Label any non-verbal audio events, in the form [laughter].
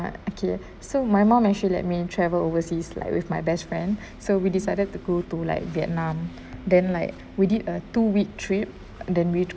okay so my mom actually let me travel overseas like with my best friend [breath] so we decided to go to like vietnam then like we did a two week trip then we